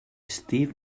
steve